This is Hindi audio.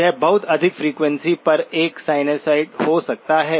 यह बहुत अधिक फ्रीक्वेंसी पर एक साइनसॉइड हो सकता है